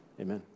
amen